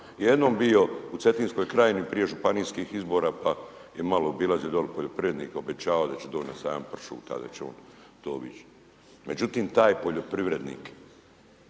jednom bio u Cetinskoj krajini prije županijskih izbora pa je malo obilazio dole poljoprivrednike, obećavao da će doći na sajam pršuta, da će on to obići. Međutim, taj poljoprivrednik